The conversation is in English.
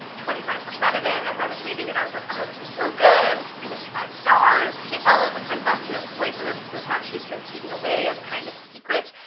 twenty five percent of it as i was reading it i was like oh this is so good! this is gonna be five stars! it follows a princess who is poisonous to the touch who's been hidden away as kind of a secret,